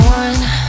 one